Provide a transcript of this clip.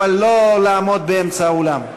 אבל לא לעמוד באמצע האולם.